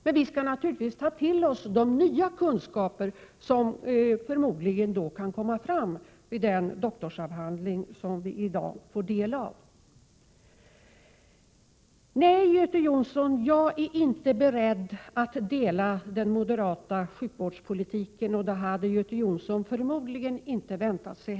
Men vi skall naturligtvis ta del av de nya kunskaper som förmodligen kan komma fram i den doktorsavhandling som presenteras i dag. Nej, Göte Jonsson, jag är inte beredd att instämma i den moderata sjukvårdspolitiken. Det hade Göte Jonsson förmodligen inte heller väntat sig.